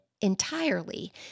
entirely